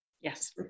Yes